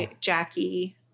Jackie